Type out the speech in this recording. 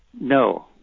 No